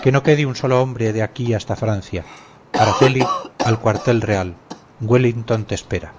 que no quede un solo hombre de aquí hasta francia araceli al cuartel real wellington te espera